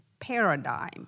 paradigm